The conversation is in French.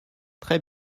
très